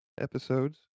episodes